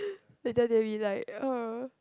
later they be like oh